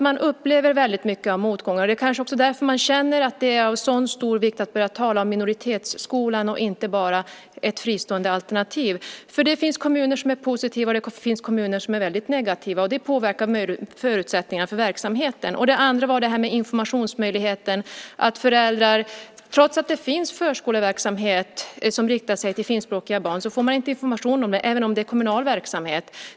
Man upplever väldigt mycket av motgångar. Det kanske är därför som man känner att det är av stor vikt att börja tala om minoritetsskolan och inte bara om fristående alternativ. Det finns kommuner som är positiva och kommuner som är väldigt negativa. Det påverkar förutsättningarna för verksamheten. Det andra gäller informationsmöjligheten. Trots att det finns förskoleverksamhet som riktar sig till finskspråkiga barn får man inte information även om det är kommunal verksamhet.